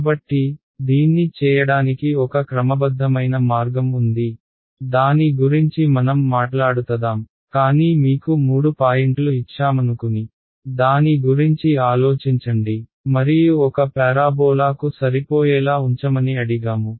కాబట్టి దీన్ని చేయడానికి ఒక క్రమబద్ధమైన మార్గం ఉంది దాని గురించి మనం మాట్లాడుతదాం కానీ మీకు మూడు పాయింట్లు ఇచ్చామనుకుని దాని గురించి ఆలోచించండి మరియు ఒక ప్యారాబోలా కు సరిపోయేలా ఉంచమని అడిగాము